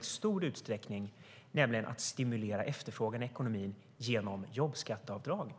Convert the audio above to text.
i stor utsträckning under åtta år var att stimulera efterfrågan i ekonomin genom jobbskatteavdrag.